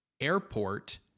Airport